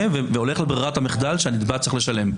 והולך לברירת המחדל שהנתבע צריך לשלם?